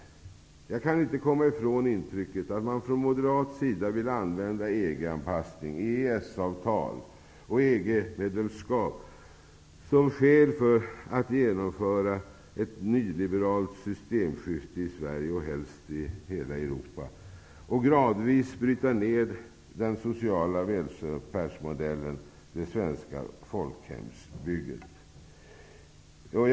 Jag kan inte komma ifrån intrycket att man från moderat sida vill använda EG-anpassning, EES avtal och EG-medlemskap som skäl för att genomföra ett nyliberalt systemskifte i Sverige -- och helst i hela Europa -- och därmed gradvis bryta ned den sociala välfärdsmodellen, det svenska folkhemsbygget.